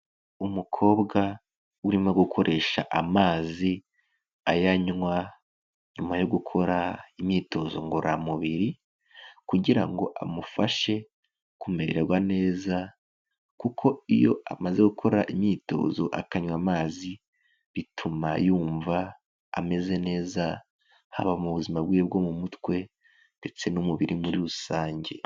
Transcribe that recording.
Umukobwa urimo gukoresha amazi ayanywa nyuma yo gukora imyitozo ngororamubiri, kugira ngo amufashe kumererwa neza, kuko iyo amaze gukora imyitozo akanywa amazi, bituma yumva ameze neza, haba mu buzima bwe bwo mu mutwe ndetse n'umubiri muri rusange.